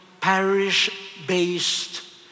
parish-based